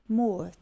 more